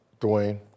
Dwayne